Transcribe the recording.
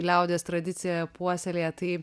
liaudies tradiciją puoselėja tai